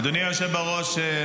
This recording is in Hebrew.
אדוני היושב בראש,